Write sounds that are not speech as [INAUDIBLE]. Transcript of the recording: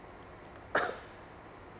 [COUGHS]